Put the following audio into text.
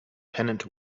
pennant